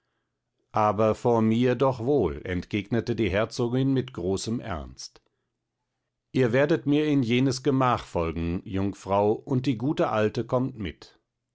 aber vor mir doch wohl entgegnete die herzogin mit großem ernst ihr werdet mir in jenes gemach folgen jungfrau und die gute alte kommt mit